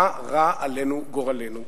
מה רע עלינו גורלנו,